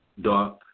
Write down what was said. dark